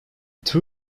two